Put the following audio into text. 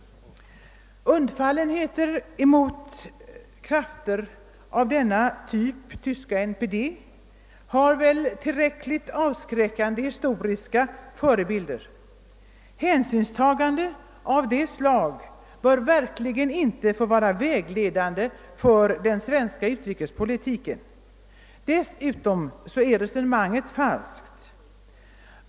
Undfallenhet mot krafter av typ tyska NPD har väl historien visat vara tillräckligt avskräckande. Hänsynstagande av detta slag bör verkligen inte få vara vägledande för den svenska utrikespolitiken. Dessutom är resonemanget falskt.